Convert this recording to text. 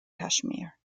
kashmir